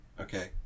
Okay